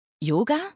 Yoga